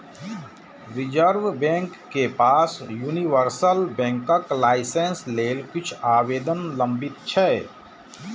reserve bank के पास universal बैंकक लाइसेंस लेल किछु आवेदन लंबित छै